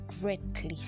greatly